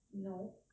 no